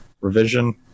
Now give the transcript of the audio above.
revision